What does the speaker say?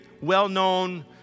well-known